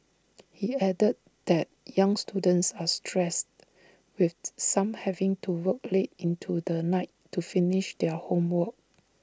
he added that young students are stressed with some having to work late into the night to finish their homework